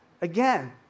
again